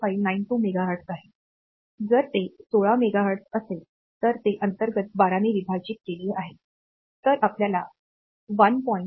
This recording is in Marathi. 0592 मेगाहर्ट्झ आहे जर ते 16 मेगाहर्ट्झ असेल तर ते अंतर्गत 12 ने विभाजित केले आहे तर आपल्याला 1